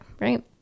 right